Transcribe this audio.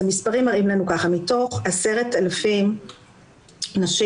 המספרים מראים לנו שמתוך 10,000 נשים